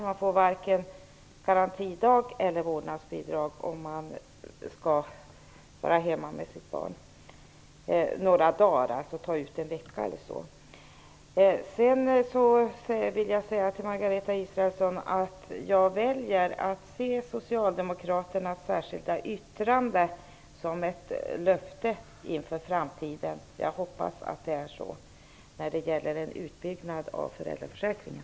Man får varken garantidag eller vårdnadsbidrag, om man skall vara hemma några dagar med sina barn. Jag väljer att se socialdemokraternas särskilda yttrande som ett löfte inför framtiden. Jag hoppas att det är så. Det handlar om en utbyggnad av föräldraförsäkringen.